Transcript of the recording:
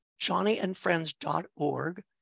johnnyandfriends.org